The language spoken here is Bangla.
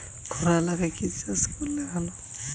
খরা এলাকায় কি চাষ করলে ভালো?